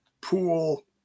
pool